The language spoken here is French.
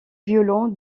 violon